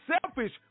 selfish